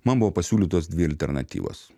man buvo pasiūlytos dvi alternatyvos